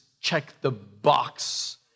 check-the-box